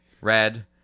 red